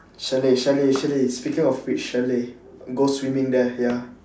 chalet chalet chalet speaking of which chalet go swimming there ya